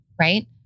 right